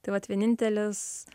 tai vat vienintelis